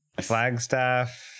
Flagstaff